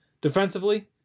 Defensively